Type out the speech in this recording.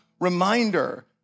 reminder